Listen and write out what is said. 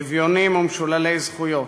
אביונים ומשוללי זכויות.